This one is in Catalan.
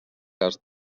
cas